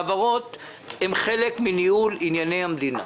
העברות הן חלק מניהול ענייני המדינה.